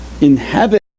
inhabit